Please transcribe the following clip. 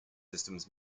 systems